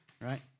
Right